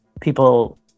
People